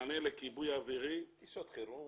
מענה לכיבוי אווירי -- טיסות חירום.